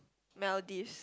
Maldives